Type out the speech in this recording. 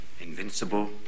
Invincible